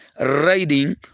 riding